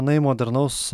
na į modernaus